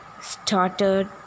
started